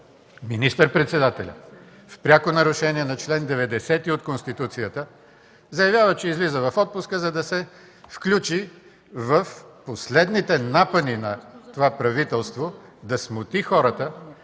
Министър-председателят в пряко нарушение на чл. 90 от Конституцията заявява, че излиза в отпуск, за да се включи в последните напъни на това правителство да смути хората